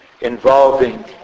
involving